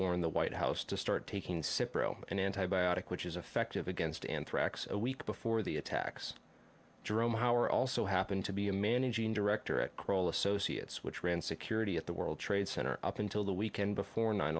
warned the white house to start taking an antibiotic which is effective against anthrax a week before the attacks jerome hauer also happened to be a managing director at kroll associates which ran security at the world trade center up until the weekend before nine